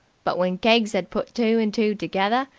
but, when keggs ad put two and two together,